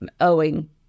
owing